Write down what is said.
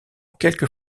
quelques